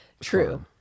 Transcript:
True